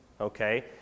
okay